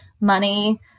money